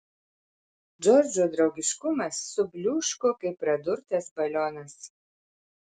džordžo draugiškumas subliūško kaip pradurtas balionas